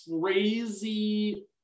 crazy